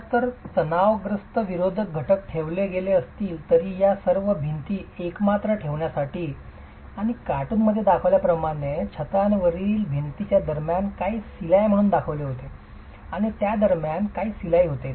आता जर तणावग्रस्त प्रतिरोधक घटक ठेवले गेले असतील तर या सर्व भिंती एकत्र ठेवण्यासाठी आणि कार्टून मध्ये छतावरील आणि भिंतींच्या दरम्यान काही सिलाई म्हणून दर्शविले गेले आहे आणि त्या दरम्यान काही सिलाई होते